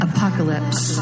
Apocalypse